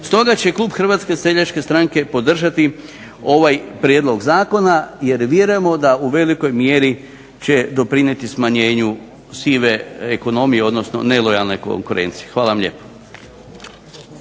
Stoga će klub HSS-a podržati ovaj prijedlog zakona jer vjerujemo da će u velikoj mjeri doprinijeti smanjenju sive ekonomije odnosno nelojalne konkurencije. Hvala vam lijepo.